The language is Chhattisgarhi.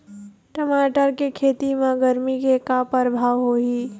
टमाटर के खेती म गरमी के का परभाव होही?